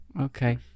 Okay